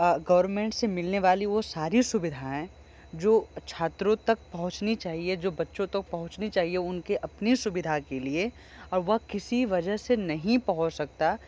government से मिलने वाली वो सारी सुविधाएँ जो छात्रों तक पहुँचनी चाहिए जो बच्चों तक पहुँचनी चाहिए उनके अपने सुविधा के लिए अब वह किसी वजह से नहीं पहुँच सकता